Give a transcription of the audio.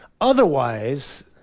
otherwise